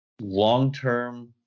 long-term